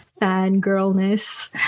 fangirlness